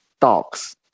dogs